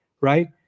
right